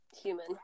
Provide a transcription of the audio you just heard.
human